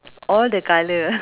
all the colour